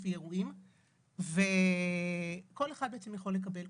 לפי אירועים וכל אחד יכול לקבל סיוע,